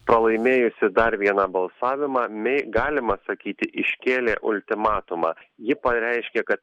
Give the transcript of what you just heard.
pralaimėjusi dar vieną balsavimą mei galima sakyti iškėlė ultimatumą ji pareiškė kad